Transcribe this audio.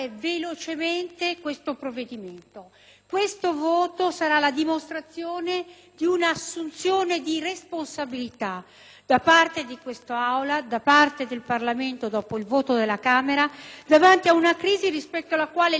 Questo voto sarà infatti la dimostrazione di un'assunzione di responsabilità, da parte di quest'Aula e da parte del Parlamento, dopo il voto della Camera, davanti a una crisi rispetto alla quale l'intera classe politica deve agire.